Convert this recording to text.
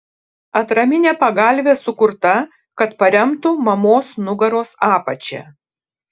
atraminė pagalvė sukurta kad paremtų mamos nugaros apačią